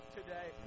today